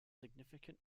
significant